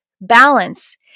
balance